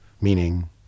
meaning